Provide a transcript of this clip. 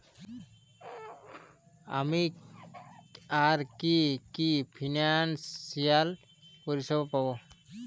আমি আর কি কি ফিনান্সসিয়াল পরিষেবা পাব?